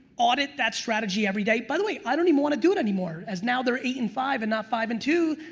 audit that strategy every day, by the way i don't even want to do it anymore, as now they're eight and five and not five and two,